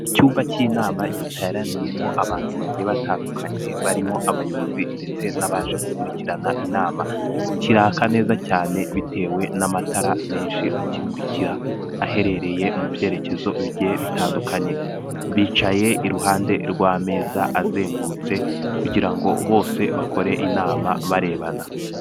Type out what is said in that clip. Icyumba cy'inama giteraniyemo abantu bagiye batandukanye barimo abayobozi ndetse n'abaje gukurikirana inama, kiraka neza cyane bitewe n'amatara menshi akimurikira aherereye mu byerekezo bigiye bitandukanye, bicaye iruhande rw'ameza azengurutse kugira ngo bose bakore inama barebana.